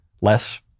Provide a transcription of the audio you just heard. less